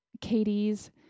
Katie's